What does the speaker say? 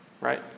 right